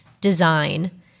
design